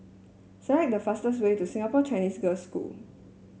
select the fastest way to Singapore Chinese Girls' School